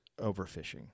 overfishing